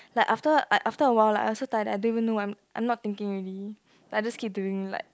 like after like after awhile like I was so tired that I didn't even know what I'm I'm not thinking already then I just keep doing like